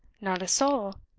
not a soul,